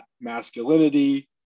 masculinity